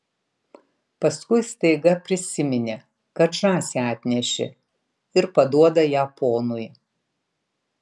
paskui staiga prisiminė kad žąsį atnešė ir paduoda ją ponui